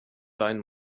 weinen